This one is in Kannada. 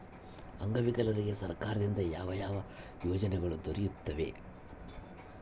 ಅಂಗವಿಕಲರಿಗೆ ಸರ್ಕಾರದಿಂದ ಯಾವ ಯಾವ ಯೋಜನೆಗಳು ದೊರೆಯುತ್ತವೆ?